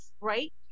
right